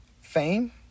fame